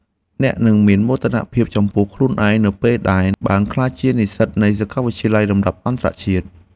អ្នកនឹងមានមោទនភាពចំពោះខ្លួនឯងនៅពេលដែលបានក្លាយជានិស្សិតនៃសាកលវិទ្យាល័យលំដាប់អន្តរជាតិ។